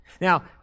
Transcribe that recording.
Now